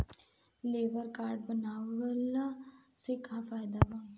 Labour card बनवाला से का फायदा बा?